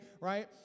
right